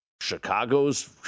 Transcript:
Chicago's